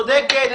היא צודקת.